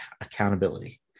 accountability